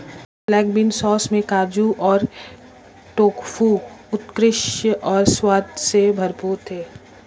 black bean sauce में काजू और टोफू उत्कृष्ट और स्वाद से भरपूर थे